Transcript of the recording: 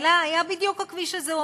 הייתה בדיוק הכביש הזה.